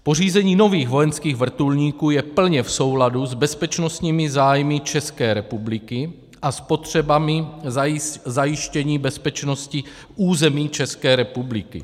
Pořízení nových vojenských vrtulníků je plně v souladu s bezpečnostními zájmy České republiky a s potřebami zajištění bezpečnosti území České republiky.